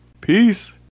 Peace